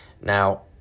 now